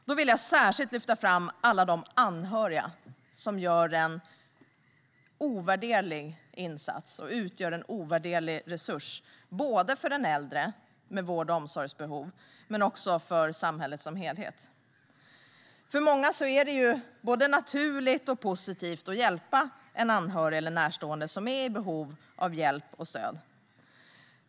Jag vill särskilt lyfta fram alla de anhöriga som gör en ovärderlig insats och utgör en ovärderlig resurs, både för den äldre med vård och omsorgsbehov och för samhället som helhet. För många är det både naturligt och positivt att hjälpa en anhörig eller närstående som är i behov av hjälp och stöd.